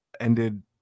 ended